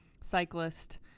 cyclist